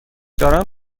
دارم